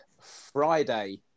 Friday